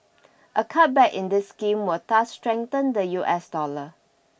a cutback in this scheme will thus strengthen the U S dollar